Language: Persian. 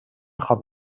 خوام